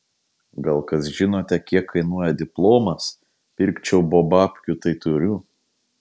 gal kas žinote kiek kainuoja diplomas pirkčiau bo babkių tai turiu